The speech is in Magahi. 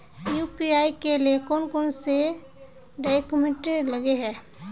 यु.पी.आई के लिए कौन कौन से डॉक्यूमेंट लगे है?